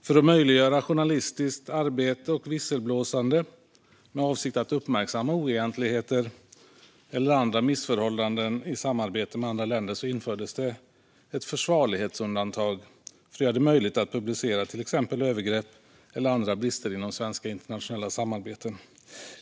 För att möjliggöra journalistiskt arbete och visselblåsande med avsikt att uppmärksamma oegentligheter eller andra missförhållanden i samarbeten med andra länder infördes ett "försvarlighetsundantag" för att göra det möjligt att publicera uppgifter om exempelvis övergrepp eller andra brister inom svenska internationella samarbeten.